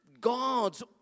God's